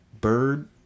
bird